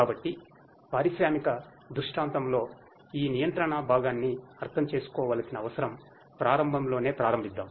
కాబట్టి పారిశ్రామిక దృష్టాంతంలో ఈ నియంత్రణ భాగాన్ని అర్థం చేసుకోవాల్సిన అవసరం ప్రారంభంలోనే ప్రారంభిద్దాం